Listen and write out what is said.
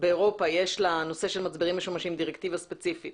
שבאירופה לנושא של מצברים משומשים יש דירקטיבה ספציפית